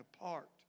apart